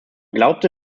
glaubte